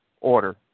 order